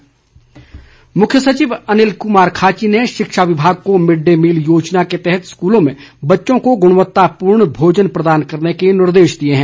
मुख्य सचिव मुख्य सचिव अनिल कुमार खाची ने शिक्षा विभाग को मिड डे मील योजना के तहत स्कूलों में बच्चों को गुणवत्तापूर्ण भोजन प्रदान करने के निर्देश दिए हैं